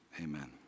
amen